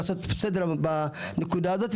לעשות סדר בנקודה הזאת,